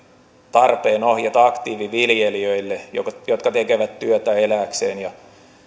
tarpeen ohjata aktiiviviljelijöille jotka jotka tekevät työtä elääkseen ja